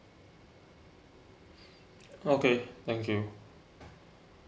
okay thank you